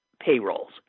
payrolls